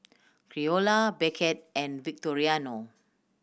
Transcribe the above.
Creola Beckett and Victoriano